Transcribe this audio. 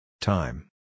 Time